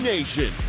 Nation